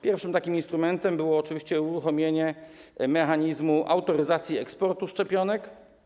Pierwszym takim instrumentem było oczywiście uruchomienie mechanizmu autoryzacji eksportu szczepionek.